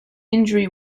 injury